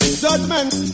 judgment